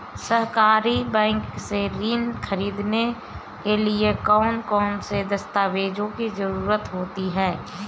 सहकारी बैंक से ऋण ख़रीदने के लिए कौन कौन से दस्तावेजों की ज़रुरत होती है?